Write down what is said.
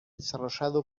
desarrollado